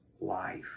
life